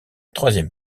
troisième